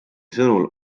sõnul